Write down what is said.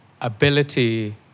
ability